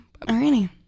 alrighty